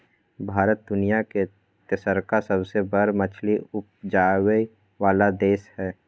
भारत दुनिया के तेसरका सबसे बड़ मछली उपजाबै वाला देश हय